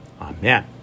Amen